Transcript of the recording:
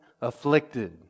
afflicted